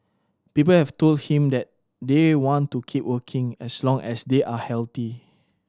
people have told him that they want to keep working as long as they are healthy